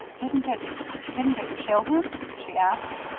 didn't it didn't it kill him? she asked.